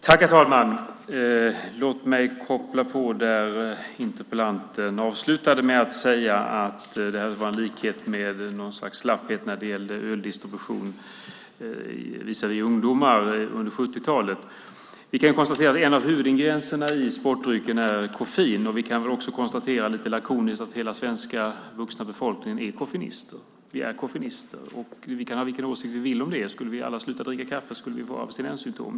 Herr talman! Låt mig koppla på där interpellanten avslutade. Hon menade att det var en likhet med något slags slapphet när det gällde öldistribution visavi ungdomar under 70-talet. Vi kan konstatera att en av huvudingredienserna i sportdryckerna är koffein. Vi kan också lite lakoniskt konstatera att hela svenska vuxna befolkningen är koffeinister. Vi är koffeinister. Vi kan ha vilken åsikt vi vill om det. Men skulle vi sluta dricka kaffe skulle vi få abstinenssymtom.